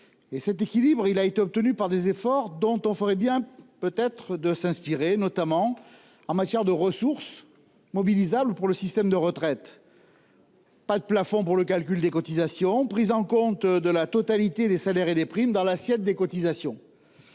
Cet équilibre a été obtenu par des efforts dont on ferait bien de s'inspirer, notamment en matière de ressources mobilisables pour le système de retraite : pas de plafond pour le calcul des cotisations ; prise en compte de la totalité des salaires et des primes dans l'assiette des cotisations.